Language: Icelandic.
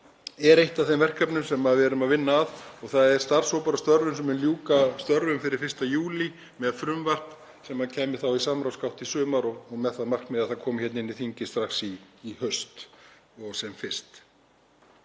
er eitt af þeim verkefnum sem við erum að vinna að. Það er starfshópur að störfum, sem mun ljúka störfum fyrir 1. júlí, með frumvarp sem kæmi þá í samráðsgátt í sumar með það að markmiði að það komi hingað inn í þingið strax í haust og sem fyrst.